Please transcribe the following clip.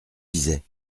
disais